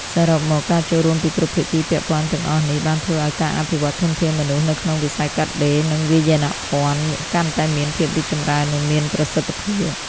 សរុបមក ការចូលរួមពីគ្រប់ភាគីពាក់ព័ន្ធទាំងអស់នេះបានធ្វើឱ្យការអភិវឌ្ឍធនធានមនុស្សនៅក្នុងវិស័យកាត់ដេរ និងវាយនភណ្ឌកាន់តែមានភាពរីកចម្រើន និងមានប្រសិទ្ធភាព។